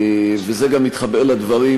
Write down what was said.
וזה גם מתחבר לדברים,